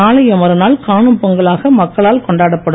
நாளைய மறுநாள் காணும் பொங்கலாக மக்களால் கொண்டாடப்படும்